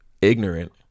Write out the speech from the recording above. ignorant